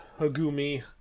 Hagumi